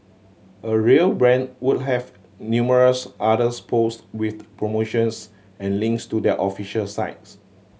a real brand would have numerous others post with promotions and links to their official sites